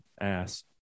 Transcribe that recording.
ass